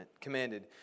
commanded